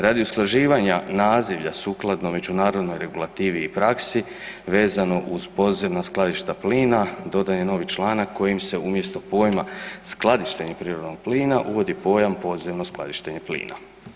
Radi usklađivanja nazivlja sukladno međunarodnoj regulativi i praksi, vezano uz podzemna skladišta plina, dodaje novi članak kojim se umjesto pojma „skladištenje prirodnog plina“, uvodi pojam „podzemno skladištenje plina“